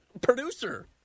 producer